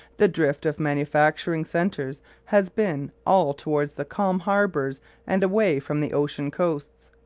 the drift of manufacturing centres has been all towards the calm harbours and away from the ocean coasts.